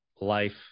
life